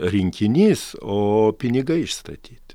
rinkinys o pinigai išstatyti